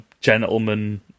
gentleman